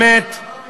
מה עם ערוץ 7?